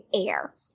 air